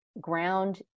ground